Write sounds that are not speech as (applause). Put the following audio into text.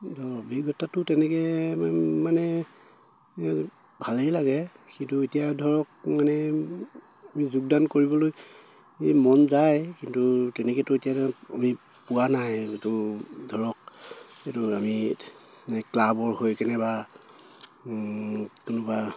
(unintelligible) অভিজ্ঞতাটো তেনেকে (unintelligible) মানে ভালেই লাগে কিন্তু এতিয়া ধৰক মানে যোগদান কৰিবলৈ মন যায় কিন্তু তেনেকেতো এতিয়া আমি পোৱা নাই এইটো ধৰক এইটো আমি ক্লাবৰ হৈ কেনে বা কোনোবা